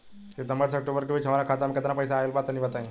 सितंबर से अक्टूबर के बीच हमार खाता मे केतना पईसा आइल बा तनि बताईं?